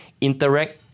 interact